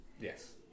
yes